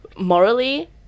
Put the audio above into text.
morally